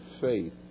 faith